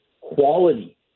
quality